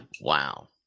Wow